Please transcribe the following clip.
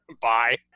Bye